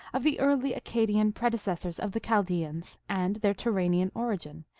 of the early accadian predecessors of the chal deans and their turanian origin,